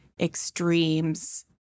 extremes